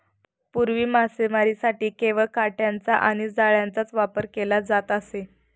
पूर्वी मासेमारीसाठी केवळ काटयांचा आणि जाळ्यांचाच वापर केला जात असे